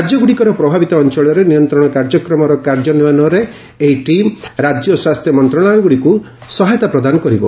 ରାଜ୍ୟଗୁଡ଼ିକର ପ୍ରଭାବିତ ଅଞ୍ଚଳରେ ନିୟନ୍ତ୍ରଣ କାର୍ଯ୍ୟକ୍ରମର କାର୍ଯ୍ୟାନୃୟନରେ ଏହି ଟିମ୍ ରାଜ୍ୟ ସ୍ୱାସ୍ଥ୍ୟ ମନ୍ତ୍ରଣାଳୟଗୁଡ଼ିକୁ ସହାୟତା ପ୍ରଦାନ କରିବ